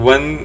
One